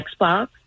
Xbox